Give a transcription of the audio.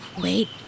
Wait